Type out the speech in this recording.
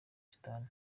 sudani